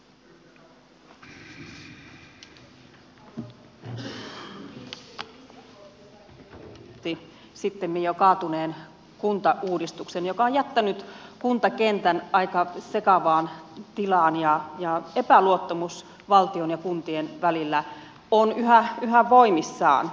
ministeri risikko te saitte perinnöksi sittemmin jo kaatuneen kuntauudistuksen joka on jättänyt kuntakentän aika sekavaan tilaan ja epäluottamus valtion ja kuntien välillä on yhä voimissaan